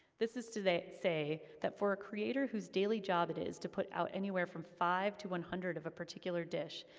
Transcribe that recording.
this is to say, that for a creator whose daily job it is to put out anywhere from five to one hundred of a particular dish,